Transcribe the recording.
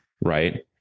right